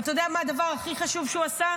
אבל אתה יודע מה הדבר הכי חשוב שהוא עשה?